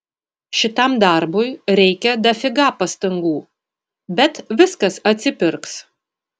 šitam darbui reikia dafiga pastangų bet viskas atsipirks